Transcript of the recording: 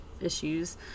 issues